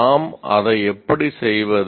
நாம் அதை எப்படி செய்வது